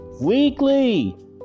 weekly